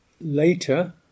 later